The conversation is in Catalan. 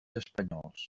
espanyols